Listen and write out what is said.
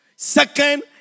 Second